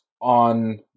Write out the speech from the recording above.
on